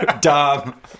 dumb